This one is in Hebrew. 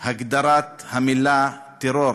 הגדרת המילה טרור.